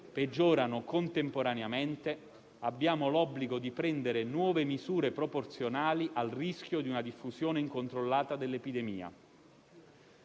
peggiorano contemporaneamente, abbiamo l'obbligo di prendere nuove misure, proporzionali al rischio di una diffusione incontrollata dell'epidemia.